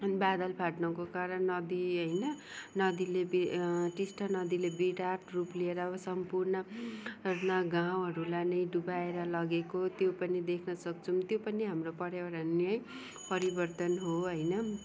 बादल फाट्नुको कारण नदी होइन नदीले टिस्टा नदीले विराट रूप लिएर सम्पूर्ण गाउँहरूलाई नै डुबाएर लगेको त्यो पनि देख्न सक्छौँ त्यो पनि हाम्रो पर्यावरणीय परिवर्तन हो होइन